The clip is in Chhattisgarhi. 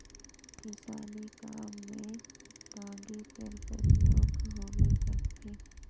किसानी काम मे टागी कर परियोग होबे करथे